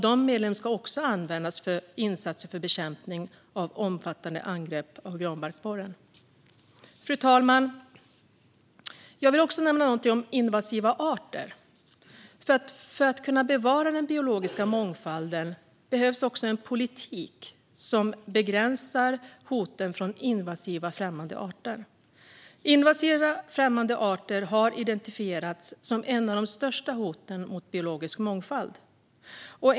De medlen ska också användas till insatser för bekämpning av omfattande angrepp av granbarkborren. Fru talman! Jag vill också nämna någonting om invasiva arter. För att kunna bevara den biologiska mångfalden behövs också en politik som begränsar hoten från invasiva främmande arter. Invasiva främmande arter har identifierats som ett av de största hoten mot biologisk mångfald.